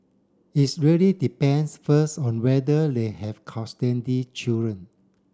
is really depends first on whether they have custody children